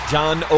John